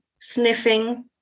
sniffing